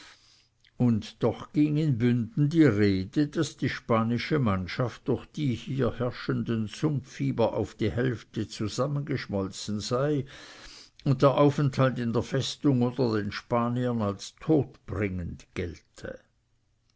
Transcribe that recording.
und doch ging in bünden die rede daß die spanische mannschaft durch die hier herrschenden sumpffieber auf die hälfte zusammengeschmolzen sei und der aufenthalt in der festung unter den spaniern als todbringend gelte